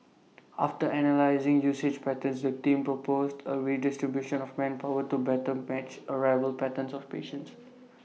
after analysing usage patterns the team proposed A redistribution of manpower to better match arrival patterns of patients